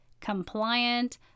compliant